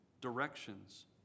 directions